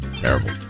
Terrible